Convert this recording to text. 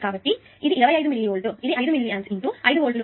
కాబట్టి ఇది 25 millivolt ఇది 5 మిల్లీ ఆంప్స్ 5 వోల్టులు